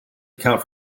account